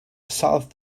south